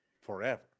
forever